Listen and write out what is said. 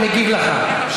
הוא מגיב לך.